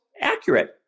Accurate